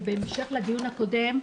ובהמשך לדיון הקודם,